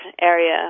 area